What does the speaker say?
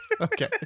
okay